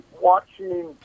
watching